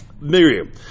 Miriam